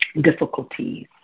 difficulties